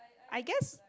I guess